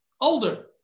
older